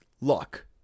Luck